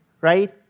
right